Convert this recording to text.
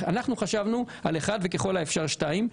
אנחנו חשבנו על אחד וככל האפשר שניים.